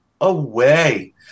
away